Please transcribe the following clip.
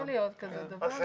יכול להיות כזה דבר,